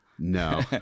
No